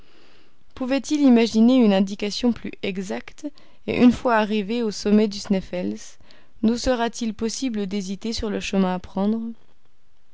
pouvait-il imaginer une indication plus exacte et une fois arrivés au sommet du sneffels nous sera-t-il possible d'hésiter sur le chemin à prendre